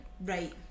Right